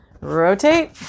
Rotate